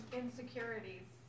insecurities